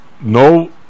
no